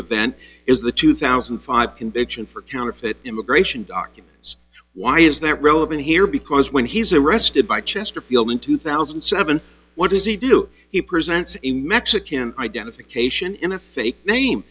then is the two thousand and five conviction for counterfeit immigration documents why is that relevant here because when he's arrested by chesterfield in two thousand and seven what does he do he presents in mexican identification in a fake name